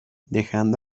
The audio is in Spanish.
dejando